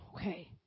okay